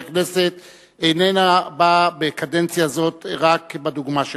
כנסת איננה באה בקדנציה הזאת רק בדוגמה שלך.